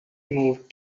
moved